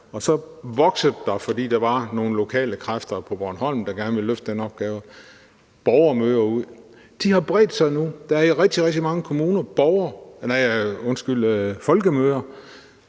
og så voksede det, fordi der var nogle lokale kræfter på Bornholm, der gerne ville løfte den opgave. Folkemøder har bredt sig. Der er folkemøder